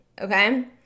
okay